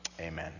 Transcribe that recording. Amen